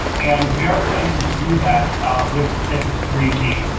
and we are planning to do that with sift three g.